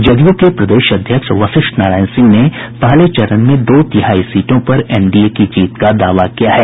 जदयू के प्रदेश अध्यक्ष वशिष्ठ नारायण सिंह ने पहले चरण में दो तिहाई सीटों पर एनडीए की जीत का दावा किया है